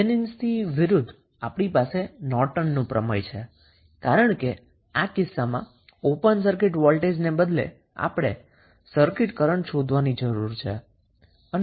થેવેનિન્સથી વિરુદ્ધ આપણી પાસે નોર્ટન થિયરમ છે કારણ કે આ કિસ્સામાં ઓપન સર્કિટ વોલ્ટેજને બદલે આપણે સર્કિટ કરન્ટ શોધવાની જરૂર છે